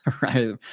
right